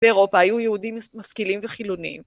‫באירופה היו יהודים משכילים וחילוניים.